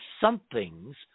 somethings